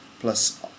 plus